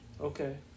Okay